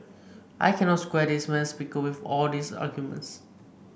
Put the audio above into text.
I cannot square this madam speaker with all these arguments